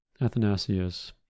athanasius